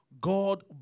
god